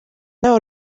nawe